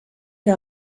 que